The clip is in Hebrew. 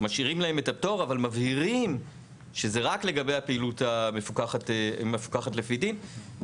משאירים להם את הפטור אבל מבהירים שזה רק לגבי הפעילות המפוקחת לפי דין.